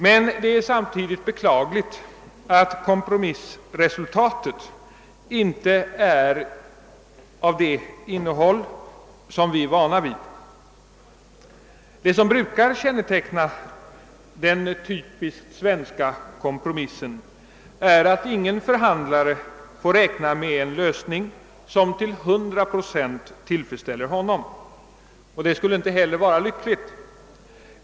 Samtidigt är det beklagligt att kompromissresultatet inte har det innehåll som vi är vana vid. Det som brukar känneteckna den typiskt svenska kompromissen är att ingen förhandlare får räkna med en lösning, som till 100 procent tillfredsställer honom. Det skulle inte heller vara lyckligt.